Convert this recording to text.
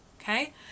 okay